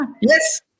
Yes